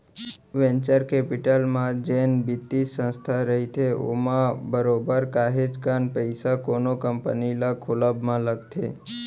venture capital म जेन बित्तीय संस्था रहिथे ओमा बरोबर काहेच कन पइसा कोनो कंपनी ल खोलब म लगथे